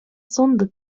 сандык